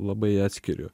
labai atskiriu